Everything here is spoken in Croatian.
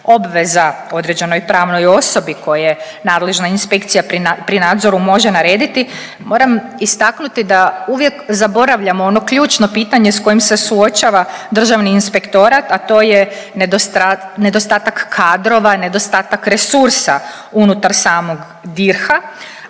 obveza određenoj pravnoj osobi koje nadležna inspekcija pri nadzoru može narediti moram istaknuti da uvijek zaboravljamo ono ključno pitanje sa kojim se suočava Državni inspektorat, a to je nedostatak kadrova, nedostatak resursa unutar samog DIRH-a.